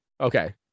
Okay